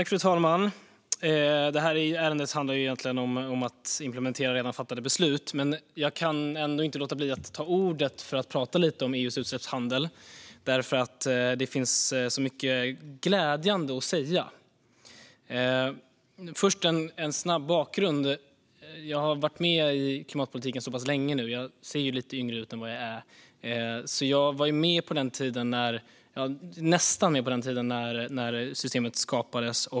Fru talman! Ärendet handlar egentligen om att implementera redan fattade beslut, men jag kan ändå inte låta bli att ta ordet för att prata lite om EU:s utsläppshandel. Det finns så mycket glädjande att säga. Låt mig först ge en snabb bakgrund. Jag har varit med i klimatpolitiken så pass länge nu - jag ser ju lite yngre ut än vad jag är - att jag nästan var med på den tiden när systemet skapades.